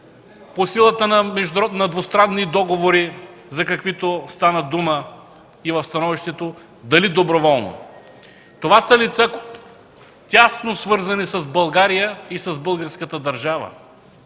по силата на двустранни договори за каквито стана дума и в становището, дали доброволно. Това са лица тясно свързани с България и с българската държава